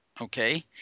Okay